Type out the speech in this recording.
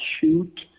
shoot